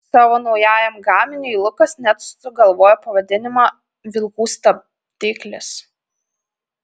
savo naujajam gaminiui lukas net sugalvojo pavadinimą vilkų stabdiklis